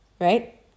right